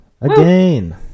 again